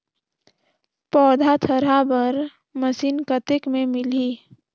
पौधा थरहा बर मशीन कतेक मे मिलही?